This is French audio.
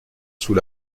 sous